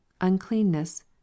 uncleanness